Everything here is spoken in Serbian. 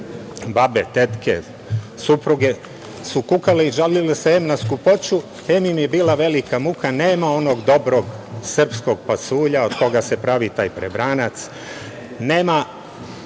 babe, tetke, supruge su kukale i žalile se em na skupoću, em im je bila velika muka, nema onog dobrog srpskog pasulja od koga se pravi prebranac, nema